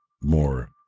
more